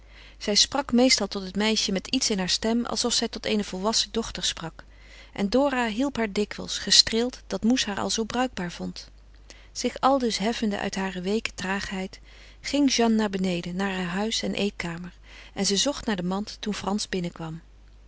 zij sprak meestal tot het meisje met iets in haar stem alsof zij tot eene volwassen dochter sprak en dora hielp haar dikwijls gestreeld dat moes haar al zoo bruikbaar vond zich aldus heffende uit hare weeke traagheid ging jeanne naar beneden naar haar huis en eetkamer en ze zocht naar de mand toen frans binnenkwam